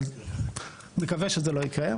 אבל מקווה שזה לא יקרה,